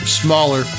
smaller